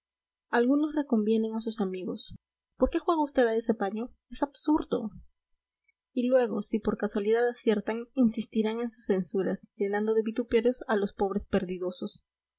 algunos reconvienen a sus amigos por qué juega usted a ese paño es absurdo y luego si por casualidad aciertan insistirán en sus censuras llenando de vituperios a los pobres perdidosos